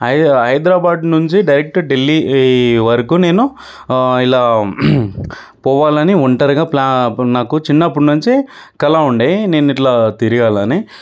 high Hyderabad నుంచి direct Delhi వరకు నేను ఇలా పోవాలని ఒంటరిగా ప్లా నాకు చిన్నప్పటినుంచే కల ఉండే నేను ఇట్లా తిరిగాలని